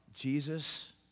Jesus